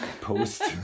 post